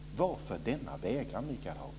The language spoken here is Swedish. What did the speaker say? Varför denna vägran, Michael Hagberg?